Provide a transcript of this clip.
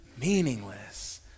meaningless